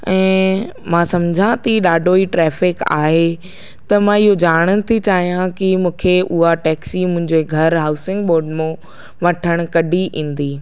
ऐं मां सम्झां थी ॾाढो ई ट्रेफिक आहे त मां इहो ॼाणण थी चाहियां की मूंखे उहा टेक्सी मुंहिंजे घरु हाउसिंग बोर्ड मां वठणु कॾहिं ईंदी